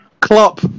Klopp